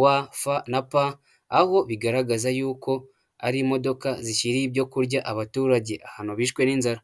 wa fa na pa aho bigaragaza yuko ari imodoka zishyiriye ibyo kurya abaturage ahantu bishwe n'inzara.